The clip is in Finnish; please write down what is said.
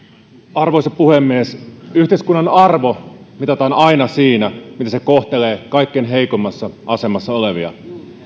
arvoisa puhemies yhteiskunnan arvo mitataan aina siinä miten se kohtelee kaikkein heikoimmassa asemassa olevia